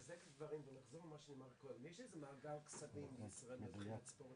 אני רוצה לומר שיש איזה מעגל קסמים מהבחינה הזו,